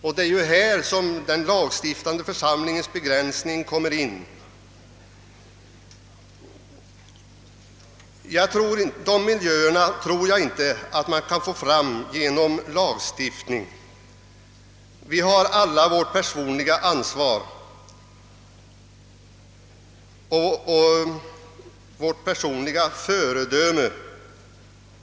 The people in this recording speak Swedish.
Härvidlag kommer den lagstiftande församlingens begränsning in. Jag tror inte man kan få fram dessa nya miljöer genom lagstiftning. Vi har alla vårt personliga ansvar och vårt personliga föredöme.